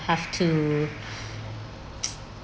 have to